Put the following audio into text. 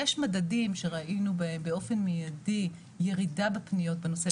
יש מדדים שראינו באופן מיידי ירידה בפניות בנושא.